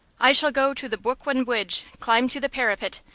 i shall go to the bwooklyn bwidge, climb to the parapet,